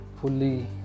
fully